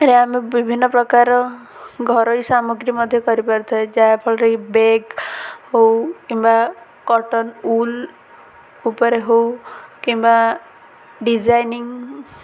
ରେ ଆମେ ବିଭିନ୍ନ ପ୍ରକାର ଘରୋଇ ସାମଗ୍ରୀ ମଧ୍ୟ କରିପାରୁଥାଏ ଯାହାଫଳରେ କି ବ୍ୟାଗ ହଉ କିମ୍ବା କଟନ୍ ଉଲ ଉପରେ ହଉ କିମ୍ବା ଡିଜାଇନିଂ